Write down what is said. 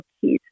kids